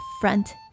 front